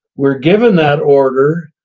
we're given that order,